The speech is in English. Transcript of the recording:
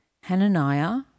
Hananiah